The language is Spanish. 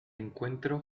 encuentro